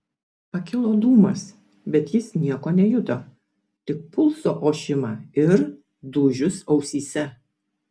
pakilo dūmas bet jis nieko nejuto tik pulso ošimą ir dūžius ausyse